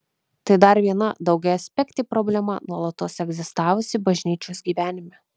tai dar viena daugiaaspektė problema nuolatos egzistavusi bažnyčios gyvenime